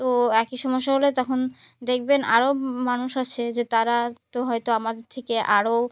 তো একই সমস্যা হলে তখন দেখবেন আরও মানুষ আছে যে তারা তো হয়তো আমাদের থেকে আরও